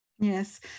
Yes